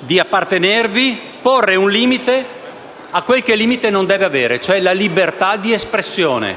di appartenervi pone un limite a ciò che un limite non deve avere, e cioè la libertà di espressione,